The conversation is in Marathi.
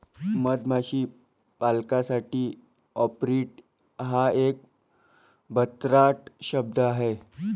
मधमाशी पालकासाठी ऍपेरिट हा एक भन्नाट शब्द आहे